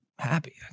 happy